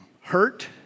Hurt